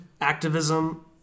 activism